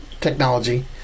technology